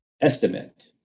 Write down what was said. estimate